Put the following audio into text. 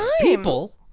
people